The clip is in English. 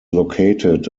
located